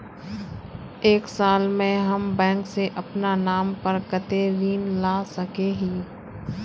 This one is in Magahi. एक साल में हम बैंक से अपना नाम पर कते ऋण ला सके हिय?